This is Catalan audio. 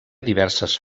diverses